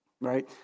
right